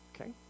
Okay